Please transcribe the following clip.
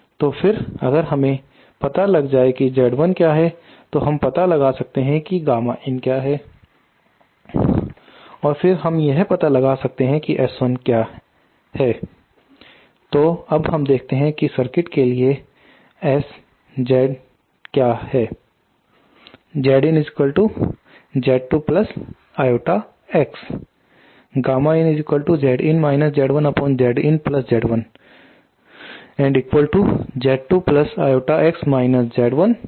तो फिर अगर हमें पता लग जाए की Z1 क्या है तो हम यह पता लगा सकते हैं कि गामा in क्या है और फिर हम यह पता लगा सकते हैं कि S11 क्या है तो अब हम देखते हैं की सर्किट के लिए S Z क्या है